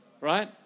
Right